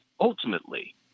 ultimately